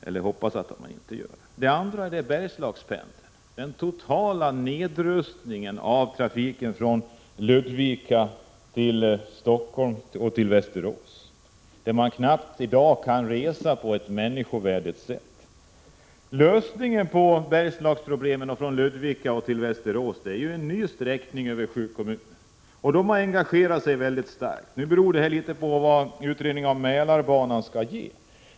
Den andra frågan gäller Bergslagspendeln. Den totala nedrustningen av trafiken från Ludvika till Stockholm och Västerås gör att man i dag knappt kan resa på ett människovärdigt sätt. Lösningen på Bergslagsproblemen, sträckan Ludvika-Västerås, är en ny sträckning av banan över sju kommuner. De har engagerat sig mycket starkt. Resultatet beror litet på vad utredningen om Mälarbanan kommer att ge.